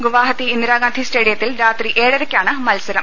ഗുവാഹതി ഇന്ദിരാഗാന്ധി സ്റ്റേഡിയത്തിൽ രാത്രി ഏഴരയ്ക്കാണ് മത്സരം